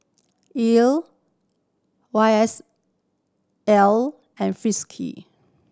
Elle Y S L and Frisky